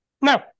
No